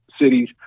cities